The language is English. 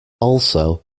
also